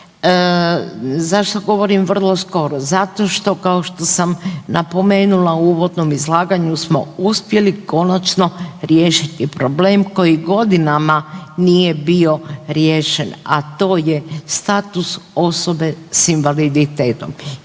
Zašto govorim vrlo skoro? Zato što kao što sam napomenula u uvodnom izlaganju smo uspjeli konačno riješiti problem koji godinama nije bio riješen, a to je status osobe s invaliditetom.